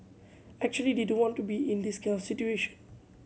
actually they don't want to be in this kind of situation